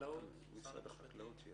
משרד החקלאות,